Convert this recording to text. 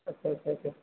अच्छा अच्छा अच्छा अच्छा